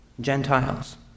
gentiles